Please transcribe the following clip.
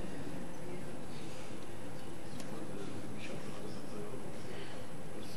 בבקשה.